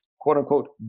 quote-unquote